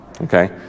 okay